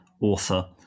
author